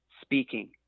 speaking